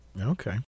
okay